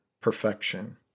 perfection